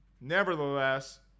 nevertheless